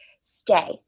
stay